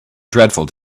dreadful